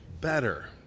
better